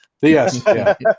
Yes